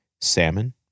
Salmon